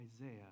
Isaiah